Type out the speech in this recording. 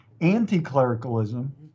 anti-clericalism